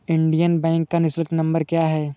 Indian bank का निःशुल्क number क्या है?